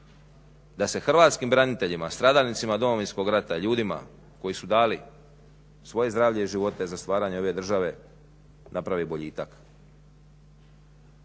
da se hrvatskim braniteljima, stradalnicima Domovinskog rata, ljudima koji su dali svoje zdravlje i živote za stvaranje ove države naprave boljitak.